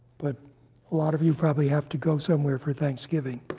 but a lot of you probably have to go somewhere for thanksgiving.